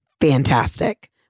fantastic